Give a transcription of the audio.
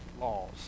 laws